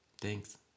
Thanks